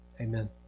amen